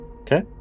Okay